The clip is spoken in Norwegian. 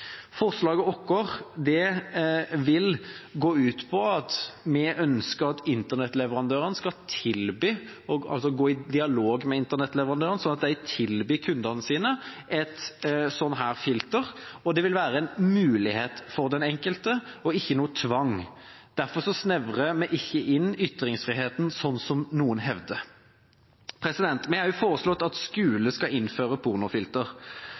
Forslaget vårt vil gå ut på at vi ønsker at man skal gå i dialog med internettleverandørene, sånn at de tilbyr kundene sine et slikt filter. Det vil være en mulighet for den enkelte og ikke noe tvang. Derfor snevrer vi ikke inn ytringsfriheten, slik noen hevder. Vi har også foreslått at skoler skal innføre